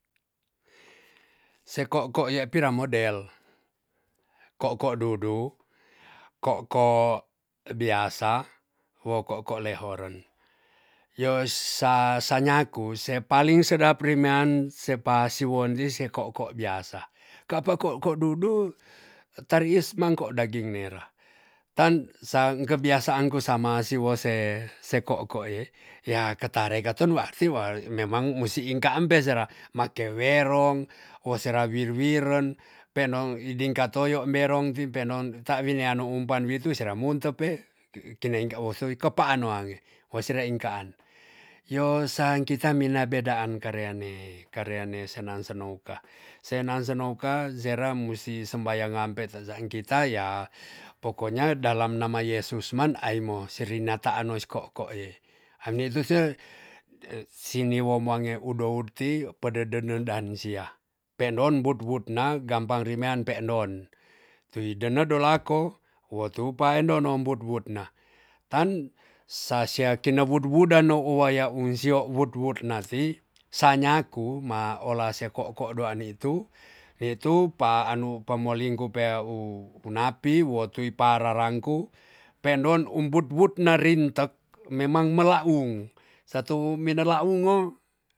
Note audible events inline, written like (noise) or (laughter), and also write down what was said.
Se ko'ko ye pira model. ko'ko dudu, ko'ko biasa, wo ko'ko lehoren. yo sa- sa nyaku se paling sedap remean se pa siwon di se ko'ko biasa. ka pa ko'ko dudu tariis mangko daging merah. tan sa kebiasaan ku sama siwo se- se ko'ko ye ya ketare katen wa arti wa memang musi ingka ampe sera make werong, wo sera wir wiren peendon dingka toyo berong ti pendoon ta winean umpan sera munte pe keinengka wosei kepaan wange we sera inkaan. yo san kita mina bedaan kare ne- kareine senang senoka. senang senoka sera musi sembayang ngampe tesa kita ya pokoknya dalam nama yesus man aimo serine taan nois ko'ko yei. anitu s (hesitation) sinewo mange udout ti pede dede dan sia peendon wud wud na gampang rimean peendon. tui denedolako wo tu paendon nom wud wud na tan sa sya kine wud wuddan no u waya u sio wud wud na ti sa nyaku ma ola se ko'ko doan nitu- ni tu pa anu pamelingku pe u- u napi woi tu pararanku peendon um wud wud na rintek memang melaung satu minalaung ngo